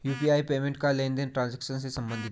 UPI payment का लेनदेन transaction से सम्बंधित है